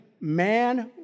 man